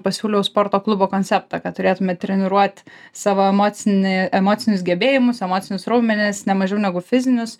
pasiūliau sporto klubo konceptą kad turėtume treniruot savo emocinį emocinius gebėjimus emocinius raumenis nemažiau negu fizinius